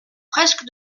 presque